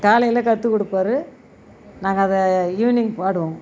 காலையில் கற்றுக்குடுப்பாரு நாங்கள் அதை ஈவினிங் பாடுவோம்